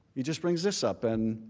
he just brings us up. and,